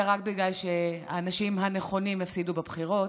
ורק בגלל שהאנשים הנכונים הפסידו בבחירות,